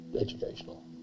educational